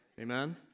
Amen